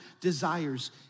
desires